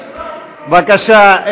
בבקשה,